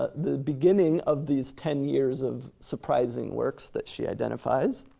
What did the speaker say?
ah the beginning of these ten years of surprising works that she identifies.